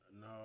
No